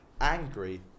angry